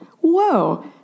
Whoa